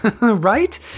right